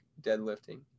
deadlifting